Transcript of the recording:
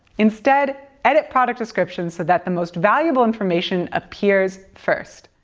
instead, edit product descriptions so that the most valuable information appears first.